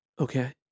Okay